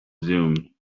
zoom